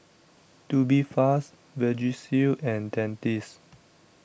Tubifast Vagisil and Dentiste